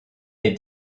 est